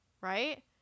Right